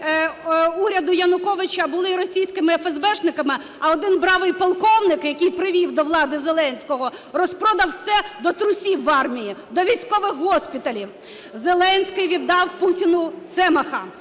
уряду Януковича були російськими феесбешниками, а один бравий полковник, який привів до влади Зеленського, розпродав все до трусів в армії, до військових госпіталів. Зеленський віддав Путіну Цемаха,